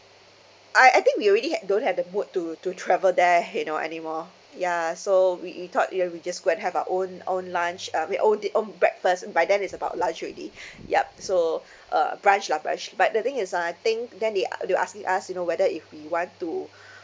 I I think we already had don't have the mood to to travel there you know anymore ya so we we thought you know we just go and have own own lunch uh we own the own breakfast by then it's about lunch already ya so uh brunch lah brunch but the thing is uh I think then they a~ they were asking us you know whether if we want to